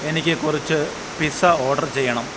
എനിക്ക് കുറച്ച് pizza order ചെയ്യണം